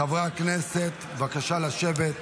חברי הכנסת, בבקשה לשבת.